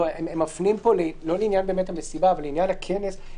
הם מפנים כאן, לא לעניין המסיבה, אבל לעניין הכנס.